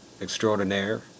extraordinaire